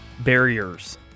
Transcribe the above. barriers